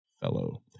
fellow